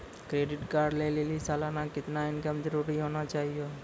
Credit card लय लेली सालाना कितना इनकम जरूरी होना चहियों?